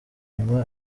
nyuma